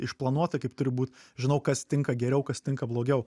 išplanuota kaip turi būt žinau kas tinka geriau kas tinka blogiau